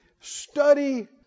Study